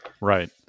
Right